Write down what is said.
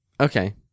Okay